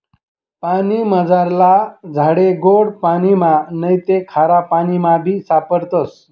पानीमझारला झाडे गोड पाणिमा नैते खारापाणीमाबी सापडतस